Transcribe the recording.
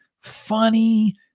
funny